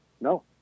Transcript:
No